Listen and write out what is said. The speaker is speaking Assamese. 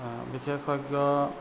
বিশেষ্য